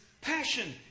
passion